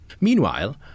Meanwhile